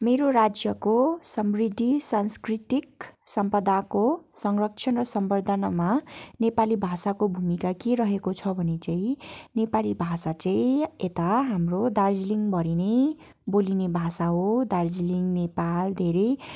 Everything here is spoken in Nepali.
मेरो राज्यको समृद्ध सांस्कृतिक सम्पदाको संरक्षण र संवर्धनामा नेपाली भाषाको भूमिका के रहेको छ भने चाहिँ नेपाली भाषा चाहिँ यता हाम्रो दार्जिलिङभरि नै बोलिने भाषा हो दार्जिलिङ नेपाल धेरै